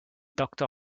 doctor